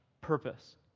purpose